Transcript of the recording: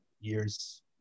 years